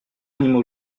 animaux